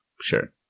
Sure